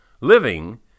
Living